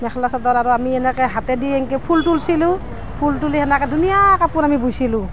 মেখেলা চাদৰ আৰু আমি এনেকৈ হাতেদি এনেকৈ ফুল তুলিছিলোঁ ফুল তুলি সেনেকৈ ধুনীয়া কাপোৰ আমি বৈছিলোঁ